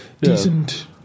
decent